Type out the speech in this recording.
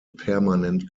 permanent